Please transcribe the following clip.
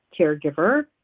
caregiver